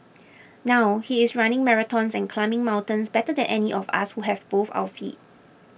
now he is running marathons and climbing mountains better than any of us who have both our feet